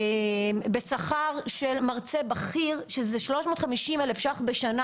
בשכר של מרצה בכיר, שזה 350,000 ש"ח בשנה.